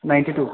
ninety two